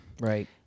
right